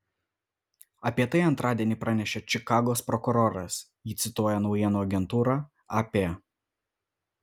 apie tai antradienį pranešė čikagos prokuroras jį cituoja naujienų agentūra ap